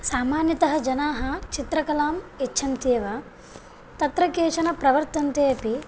सामान्यतः जनाः चित्रकलाम् इच्छन्त्येव तत्र केचन प्रवर्तन्ते अपि